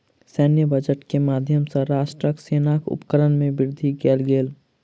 सैन्य बजट के माध्यम सॅ राष्ट्रक सेनाक उपकरण में वृद्धि कयल गेल